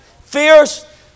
fierce